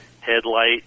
headlight